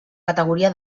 categoria